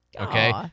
Okay